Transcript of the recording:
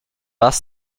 bus